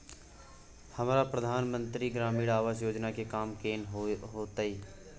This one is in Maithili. हमरा प्रधानमंत्री ग्रामीण आवास योजना के काम केना होतय?